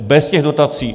Bez těch dotací.